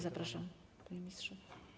Zapraszam, panie ministrze.